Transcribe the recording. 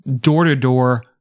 door-to-door